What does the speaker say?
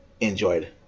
enjoyed